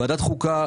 ועדת חוקה,